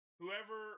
whoever